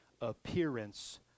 appearance